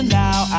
now